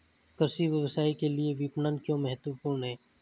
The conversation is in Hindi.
कृषि व्यवसाय के लिए विपणन क्यों महत्वपूर्ण है?